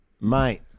Mate